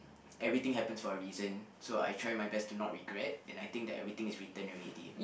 everything happens for a reason so I try my best to not regret and I think that everything is written already